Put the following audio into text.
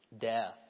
death